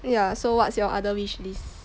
ya so what's your other wish list